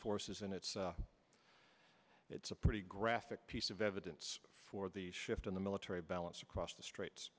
forces and it's it's a pretty graphic piece of evidence for the shift in the military balance across the str